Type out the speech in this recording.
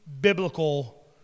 biblical